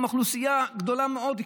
הם אוכלוסייה גדולה מאוד,